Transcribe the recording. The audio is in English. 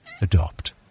Adopt